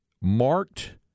Marked